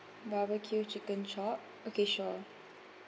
barbeque chicken chop okay sure